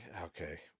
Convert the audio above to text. okay